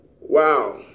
Wow